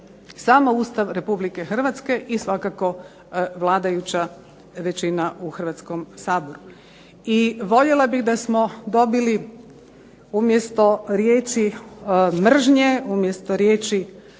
Samo Ustav Republike Hrvatske i svakako vladajuća većina u Hrvatskom saboru. I voljela bih da smo dobili umjesto riječi mržnje, umjesto riječi